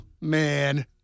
man